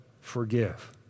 forgive